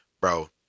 bro